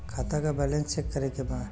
खाता का balance check करे के बा?